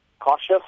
cautious